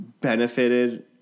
benefited